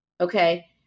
Okay